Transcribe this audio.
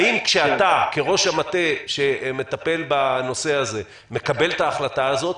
האם כשאתה כראש המטה שמטפל בנושא הזה מקבל את ההחלטה הזאת,